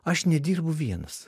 aš nedirbu vienas